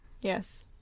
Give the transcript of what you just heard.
Yes